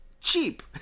cheap